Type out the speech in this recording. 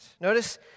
Notice